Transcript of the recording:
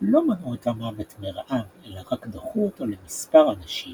לא מנעו את המוות מרעב אלא רק דחו אותו למספר אנשים